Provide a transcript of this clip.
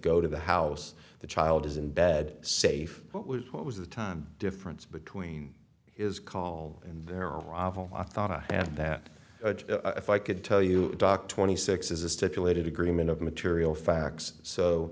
go to the house the child is in bed safe what was what was the time difference between his call in their arrival i thought i had that if i could tell you dr twenty six is a stipulated agreement of material facts so